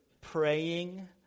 praying